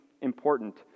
important